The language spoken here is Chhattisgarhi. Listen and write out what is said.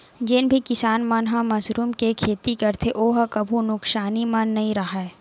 जेन भी किसान मन ह मसरूम के खेती करथे ओ ह कभू नुकसानी म नइ राहय